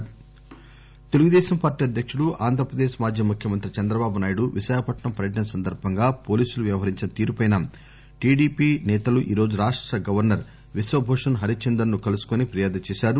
AP governor Telugu Desam party అధ్యకుడు ఆంధ్ర ప్రదేశ్ మాజీ ముఖ్యమంత్రి చంద్రబాబునాయుడు విశాఖపట్నం పర్యటన సందర్భంగా పోలీసులు వ్యవహరించిన తీరుపై టిడిపి నేతలు ఈ రోజు రాష్ట గవర్సర్ విశ్వభూషణ్ హరిచందన్ ను కలసి ఫిర్యాదు చేశారు